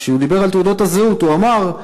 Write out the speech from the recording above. כשהוא דיבר על תעודות הזהות, הוא אמר: